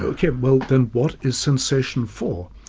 ok, well then what is sensation for?